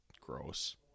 gross